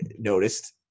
noticed